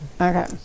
Okay